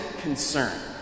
concern